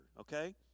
okay